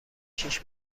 شیش